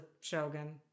shogun